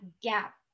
gap